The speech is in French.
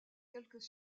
quelques